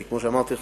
כי כמו שאמרתי לך,